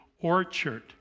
orchard